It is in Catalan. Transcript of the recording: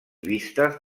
vistes